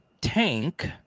tank